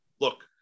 look